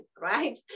right